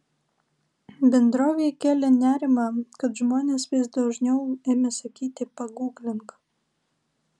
bendrovei kėlė nerimą kad žmonės vis dažniau ėmė sakyti paguglink